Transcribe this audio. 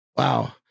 Wow